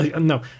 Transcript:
No